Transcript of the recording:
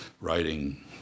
writing